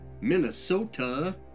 Minnesota